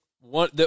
one